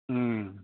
ꯎꯝ